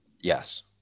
Yes